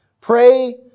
pray